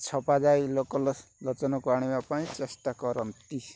ଛପାଯାଇ ଲୋକଲୋଚନକୁ ଆଣିବା ପାଇଁ ଚେଷ୍ଟା କରନ୍ତି